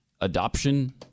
Adoption